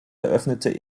eröffnete